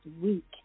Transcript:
week